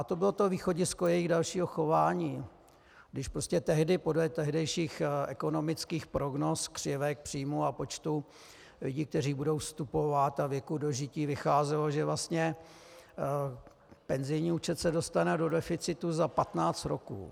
A to bylo to východisko jejich dalšího chování, když prostě tehdy podle tehdejších ekonomických prognóz, křivek, příjmů a počtu lidí, kteří budou vstupovat, a věku dožití vycházelo, že vlastně penzijní účet se dostane do deficitu za patnáct roků.